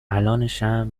الانشم